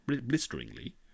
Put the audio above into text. blisteringly